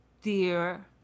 Dear